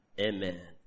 amen